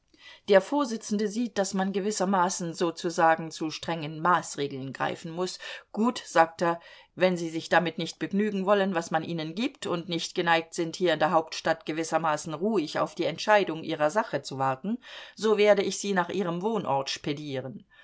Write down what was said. der vorsitzende sieht daß man gewissermaßen sozusagen zu strengen maßregeln greifen muß gut sagt er wenn sie sich damit nicht begnügen wollen was man ihnen gibt und nicht geneigt sind hier in der hauptstadt gewissermaßen ruhig auf die entscheidung ihrer sache zu warten so werde ich sie nach ihrem wohnort spedieren